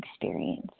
experience